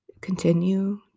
continue